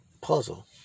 puzzle